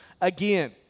again